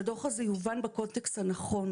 שהוא יובן בקונטקסט הנכון.